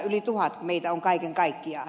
yli tuhat meitä on kaiken kaikkiaan